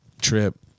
trip